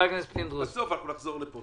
בסוף אנחנו נחזור לפה.